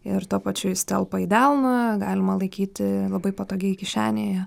ir tuo pačiu jis telpa į delną galima laikyti labai patogiai kišenėje